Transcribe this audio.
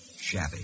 Shabby